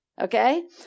Okay